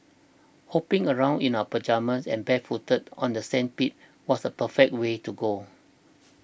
hopping around in our pyjamas and barefooted on the sandpit was the perfect way to go